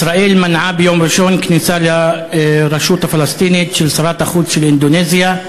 ישראל מנעה ביום ראשון כניסה לרשות הפלסטינית של שרת החוץ של אינדונזיה.